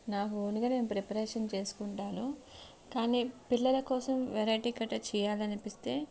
నా ఓన్గా నేను ప్రిపరేషన్ చేసుకుంటాను కానీ పిల్లల కోసం వెరైటీ కట్టా చేయాలి అనిపిస్తే